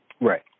Right